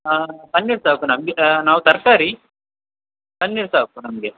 ಹಾಂ ಪನ್ನೀರ್ ಸಾಕು ನಮಗೆ ನಾವು ತರಕಾರಿ ಪನ್ನೀರ್ ಸಾಕು ನಮಗೆ